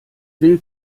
will